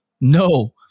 no